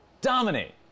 Dominate